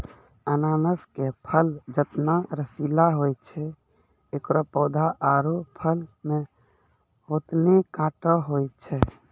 अनानस के फल जतना रसीला होय छै एकरो पौधा आरो फल मॅ होतने कांटो होय छै